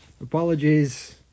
Apologies